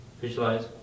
visualize